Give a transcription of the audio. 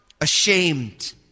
ashamed